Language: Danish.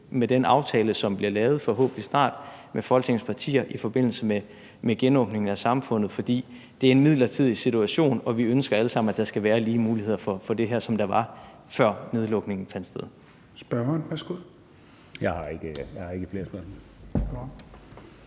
med den aftale, som forhåbentlig snart bliver lavet med Folketingets partier i forbindelse med genåbningen af samfundet, fordi det er en midlertidig situation, og vi ønsker alle sammen, at der skal være lige muligheder for det her, som der var, før nedlukningen fandt sted.